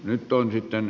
nyt toimitaan